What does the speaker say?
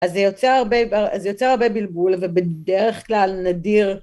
אז זה יוצר הרבה, אז זה יוצר הרבה בלבול, ובדרך כלל נדיר.